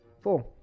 Four